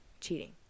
cheating